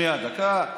זה לא, רק שנייה, דקה.